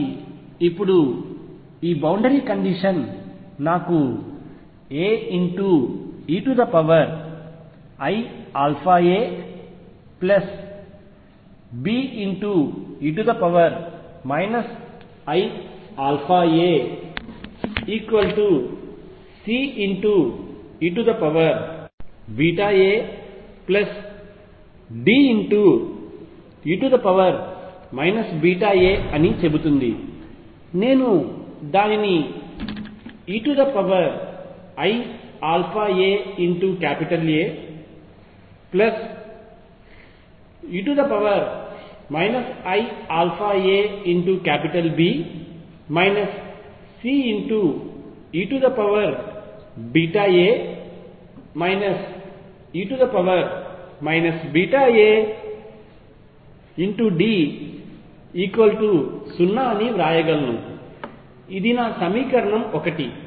కాబట్టి ఇప్పుడు ఈ బౌండరీ కండిషన్ నాకు AeiαaBe iαaCeaDe βa అని చెబుతుంది నేను దానిని eiαaAe iαaB Ceβa e βaD0 అని వ్రాయగలను అది నా సమీకరణం 1